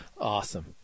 awesome